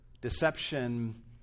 deception